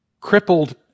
crippled